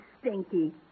Stinky